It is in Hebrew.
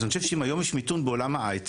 אז אני חושב שאם היום יש מיתון בעולם ההייטק,